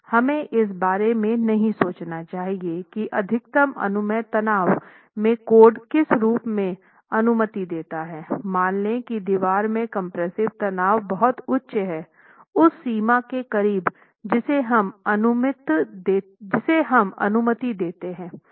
हमें इस बारे में नहीं सोचना चाहिए कि अधिकतम अनुमेय तनाव में कोड किस रूप में अनुमति देता है मान लें कि दीवार में कम्प्रेस्सिव तनाव बहुत उच्च हैं उस सीमा के करीब जिसे वह अनुमति देता है